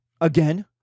Again